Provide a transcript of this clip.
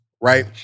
right